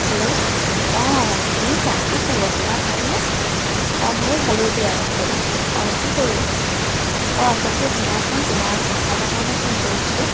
hello অঁ শুনিছা কি খবৰ তোমাৰ ভালনে অঁ মোৰো ভালেই দিয়া আছোঁ অঁ কি কৰি আছা এতিয়া অঁ আচলতে শুনাচোন তোমাক কথা এটাৰ কাৰণে ফোন কৰিছিলোঁ